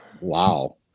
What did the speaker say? Wow